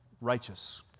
righteous